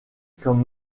comme